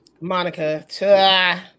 Monica